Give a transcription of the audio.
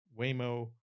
Waymo